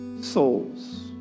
souls